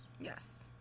yes